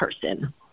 person